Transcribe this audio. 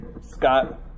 Scott